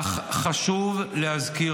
אך חשוב להזכיר,